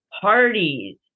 Parties